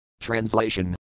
Translation